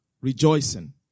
rejoicing